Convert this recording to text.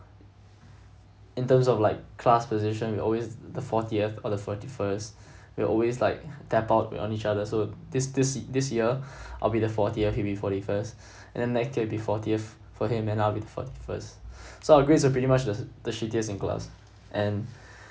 in terms of like class position we're always the fortieth or the forty first we'll always like tap out on each other so this this this year I'll be the fortieth he'll be forty-first and then next year it'll be fortieth for him and I'll be the forty-first so our grades are pretty much the the shittiest in class and